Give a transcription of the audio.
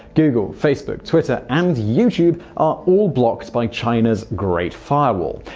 google, facebook, twitter, and youtube are all blocked by china's great firewall.